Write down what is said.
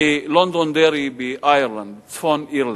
בלונדונדרי שבצפון-אירלנד.